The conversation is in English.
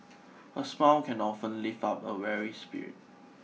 a smile can often lift up a weary spirit